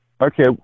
Okay